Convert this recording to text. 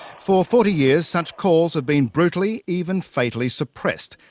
for forty years, such calls have been brutally, even fatally suppressed.